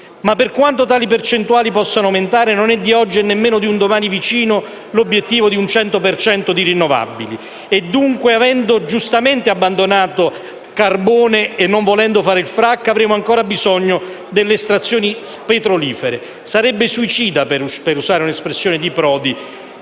Ma per quanto tali percentuali possano aumentare, non è di oggi e nemmeno di un domani vicino l'obiettivo del cento per cento di rinnovabili. Dunque, avendo giustamente abbandonato il carbone e non volendo fare il *fracking*, avremo ancora bisogno delle estrazioni petrolifere. Sarebbe suicida, per usare un'espressione di Prodi,